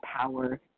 power